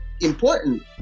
important